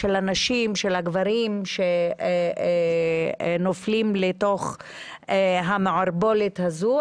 הנשים והגברים שנופלים לתוך המערבולת הזו,